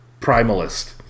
primalist